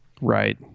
Right